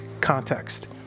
context